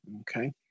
Okay